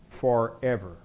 forever